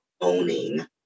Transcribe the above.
owning